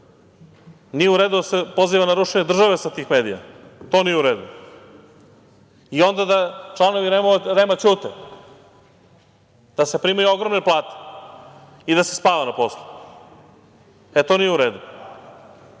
Nije u redu da se poziva na rušenje države sa tih medija, to nije u redu i onda da članovi REM-a ćute, da se primaju ogromne plate i da se spava na poslu. E, to nije u redu. Želim